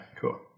cool